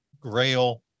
Grail